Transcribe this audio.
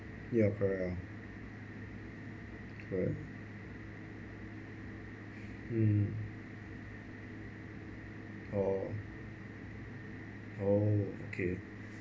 ya correct ah correct mm oh oh okay